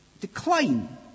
decline